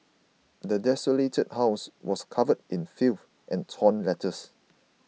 the desolated house was covered in filth and torn letters